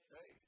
Hey